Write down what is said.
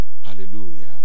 Hallelujah